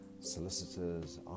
solicitors